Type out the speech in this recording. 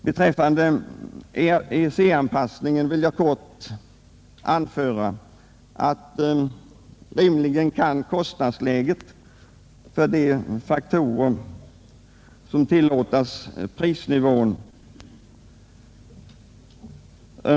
Man möts här huvudsakligen av två argument i den allmänna debatten.